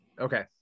okay